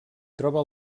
troba